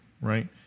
right